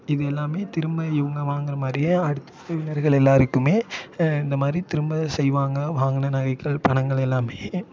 இது எல்லாமே திரும்ப இவங்க வாங்கிற மாதிரியே அடுத்து உறவினர்களுக்கு எல்லாேருக்குமே இந்த மாதிரி திரும்ப செய்வாங்க வாங்கின நகைகள் பணங்கள் எல்லாமே